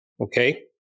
okay